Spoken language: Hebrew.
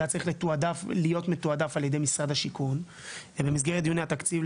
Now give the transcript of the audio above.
זה היה צריך להיות מתועדף על ידי משרד השיכון ובמסגרת דיוני התקציב,